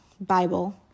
Bible